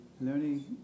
learning